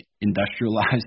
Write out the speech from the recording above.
industrialized